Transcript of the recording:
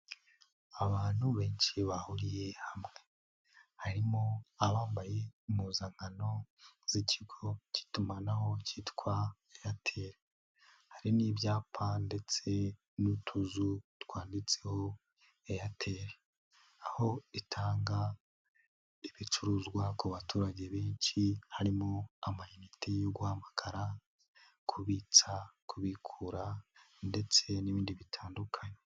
Abantu benshi bahuriye hamwe, harimo abambaye impuzankano z'ikigo cy'itumanaho cyitwa Eyateli, hari n'ibyapa ndetse n'utuzu twanditseho Eyateli, aho itanga ibicuruzwa ku baturage benshi harimo: anayinite yo guhamagara, kubitsa, kubikura ndetse n'ibindi bitandukanye.